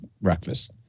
breakfast